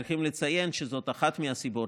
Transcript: צריך לציין שזאת אחת הסיבות,